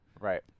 Right